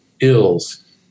ills